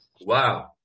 Wow